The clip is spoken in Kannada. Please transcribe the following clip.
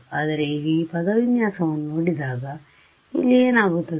ಆದರೆ ಈಗ ಈ ಪದವಿನ್ಯಾಸವನ್ನು ನೋಡಿದಾಗ ಇಲ್ಲಿ ಏನಾಗುತ್ತದೆ